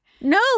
No